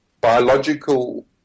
biological